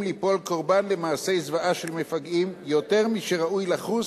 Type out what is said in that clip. ליפול קורבן למעשי זוועה של מפגעים יותר משראוי לחוס